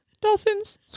Dolphins